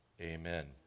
amen